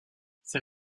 ses